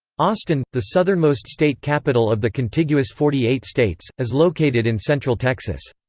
austin, the southernmost state capital of the contiguous forty eight states, is located in central texas.